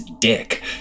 dick